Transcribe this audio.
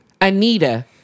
Anita